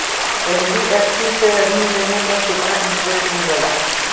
NBFC से ऋण लेने पर केतना इंटरेस्ट मिलेला?